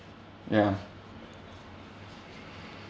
ya